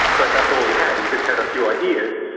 but that's all he had, he just had a few ideas,